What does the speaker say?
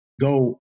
go